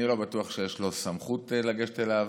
אני לא בטוח שיש לו סמכות לגשת אליו.